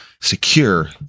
secure